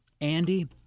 Andy